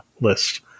list